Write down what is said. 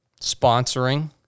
sponsoring